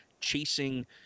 chasing